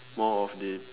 more of the